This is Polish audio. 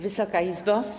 Wysoka Izbo!